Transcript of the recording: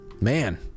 man